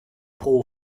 pro